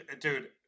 dude